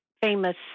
famous